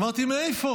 אמרתי, מאיפה?